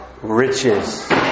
riches